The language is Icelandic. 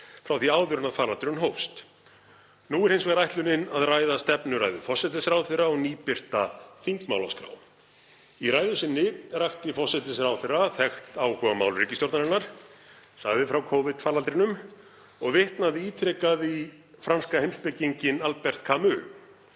frá því áður en faraldurinn hófst. Nú er hins vegar ætlunin að ræða stefnuræðu forsætisráðherra og nýbirta þingmálaskrá. Í ræðu sinni rakti forsætisráðherra þekkt áhugamál ríkisstjórnarinnar, sagði frá Covid-faraldrinum og vitnaði ítrekað í franska heimspekinginn Albert Camus.